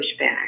pushback